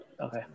Okay